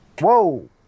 Whoa